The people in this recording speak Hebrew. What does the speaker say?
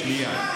סליחה,